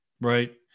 right